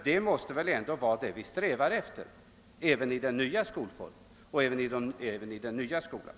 Det måste väl ändå vara vad vi strävar efter även i den nya skolan.